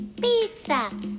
Pizza